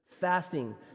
Fasting